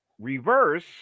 reverse